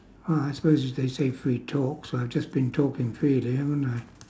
well I suppose if they say free talk so I've just been talking freely haven't I